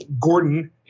Gordon